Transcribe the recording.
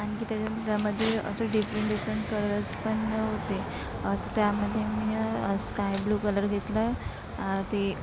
आणखी त्याच्या त्यामध्ये असं डिफरंट डिफरंट कलरस पण होते तर त्यामध्ये मी स्काय ब्लू कलर घेतला ते